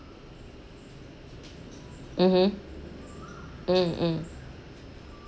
mmhmm mm mm